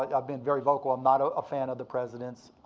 like i've been very vocal, i'm not a ah fan of the president's,